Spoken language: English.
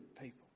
people